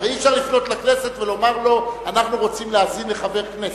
הרי אי-אפשר לפנות לכנסת ולומר: אנחנו רוצים להאזין לחבר כנסת.